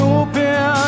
open